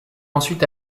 ensuite